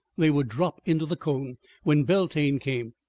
they would drop into the cone when beltane came,